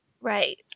Right